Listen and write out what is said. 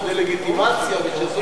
לטובת השלום אגב,